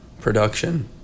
production